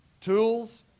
tools